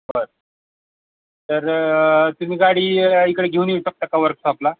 बर तर तुम्ही गाडी इकडे घेऊन येऊ शकता का वर्कशॉपला